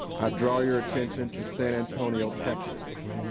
i draw your attention to san antonio texas.